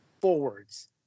forwards